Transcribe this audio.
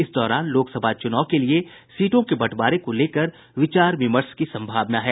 इस दौरान लोकसभा चुनाव के लिये सीटों के बंटवारे को लेकर विचार विमर्श की संभावना है